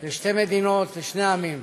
של שתי מדינות לשני עמים.